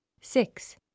six